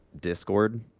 discord